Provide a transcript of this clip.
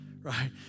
Right